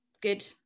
good